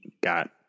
got